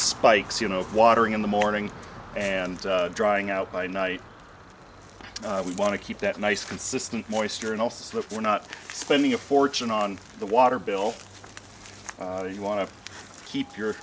spikes you know watering in the morning and drying out by night we want to keep that nice consistent moisture and also for not spending a fortune on the water bill you want to keep your